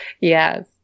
Yes